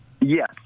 Yes